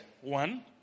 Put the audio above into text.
One